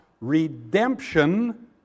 redemption